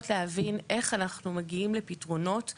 להבין איך אנחנו מגיעים לפתרונות שהם,